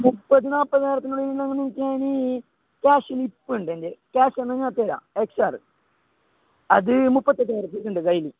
മുപ്പത് നാൽപ്പതിനായിരത്തിനുള്ളിൽ നിങ്ങൾ നോക്കിയാൽ ഇനി ക്യാഷിന് ഇപ്പോൾ ഉണ്ട് എന്റെ കൈയിൽ ക്യാഷ് ആണെങ്കിൽ ആ തരാം എക്സ് ആർ അത് മുപ്പത്തെട്ട് വരെ ഉണ്ട് കിട്ടും കൈയിൽ